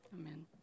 amen